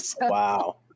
Wow